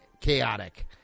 chaotic